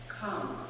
come